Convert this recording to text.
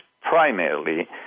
primarily